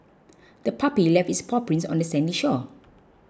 the puppy left its paw prints on the sandy shore